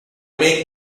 make